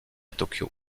tokyo